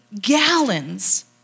gallons